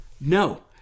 No